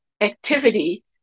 activity